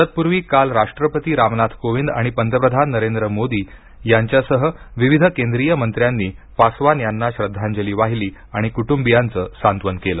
तत्पूर्वी काल राष्ट्रपती रामनाथ कोविन्द आणि पंतप्रधान नरेंद्र मोदी यांच्यासह विविध केंद्रीय मंत्र्यांनी पासवान यांना श्रद्धांजली वाहिली आणि कुटुंबियांचं सांत्वन केलं